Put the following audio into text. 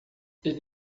ele